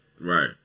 Right